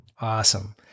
Awesome